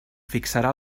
fixarà